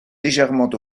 légèrement